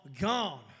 gone